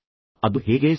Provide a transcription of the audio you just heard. ಹಾಗಾದರೆ ಅದು ಹೇಗೆ ಸಾಧ್ಯ